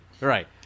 right